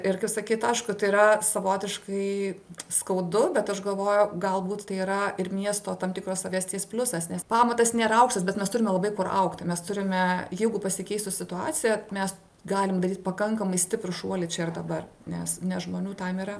ir kaip sakyt aišku tai yra savotiškai skaudu bet aš galvoju galbūt tai yra ir miesto tam tikros savasties pliusas nes pamatas nėra aukštas bet mes turime labai kur augti mes turime jeigu pasikeistų situacija mes galim daryt pakankamai stiprų šuolį čia ir dabar nes nes žmonių tam yra